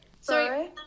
Sorry